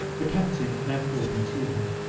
the captain now called me to him,